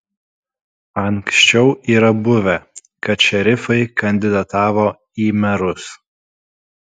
anksčiau yra buvę kad šerifai kandidatavo į merus